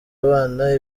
abana